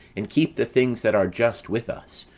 and keep the things that are just with us,